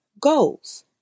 goals